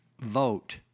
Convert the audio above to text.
vote